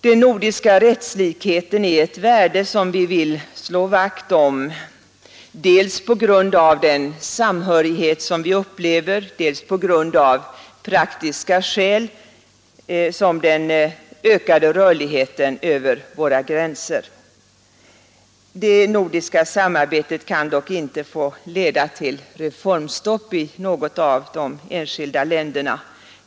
Den nordiska rättslikheten är ett värde som vi vill slå vakt om dels grund av den samhörighet som vi upplever, dels av praktiska lg exempelvis den ökade rörligheten över våra gränser. Det nordiska samarbetet kan dock inte få leda till reformstopp i något av de enskilda länderna.